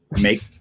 make